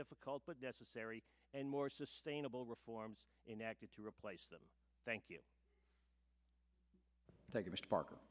difficult but necessary and more sustainable reforms enacted to replace them thank you thank you mr park